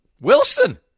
Wilson